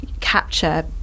capture